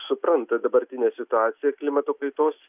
supranta dabartinę situaciją klimato kaitos